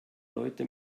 leute